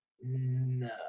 No